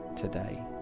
today